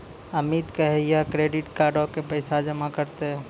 अमित कहिया क्रेडिट कार्डो के पैसा जमा करतै?